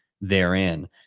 therein